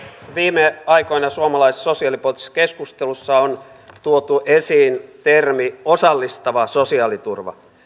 viime aikoina suomalaisessa sosiaalipoliittisessa keskustelussa on tuotu esiin termi osallistava sosiaaliturva